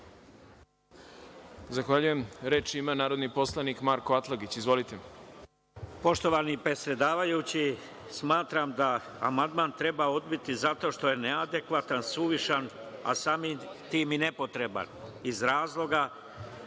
Zahvaljujem. Reč ima narodni poslanik Marko Atlagić. **Marko Atlagić** Poštovani predsedavajući, smatram da amandman treba odbiti zato što je neadekvatan, suvišan, a samim tim i nepotreban, iz razloga